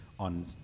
on